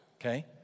Okay